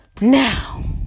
now